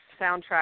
soundtrack